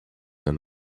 and